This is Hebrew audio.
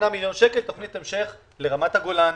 מיליון שקלים של תוכנית המשך לרמת הגולן.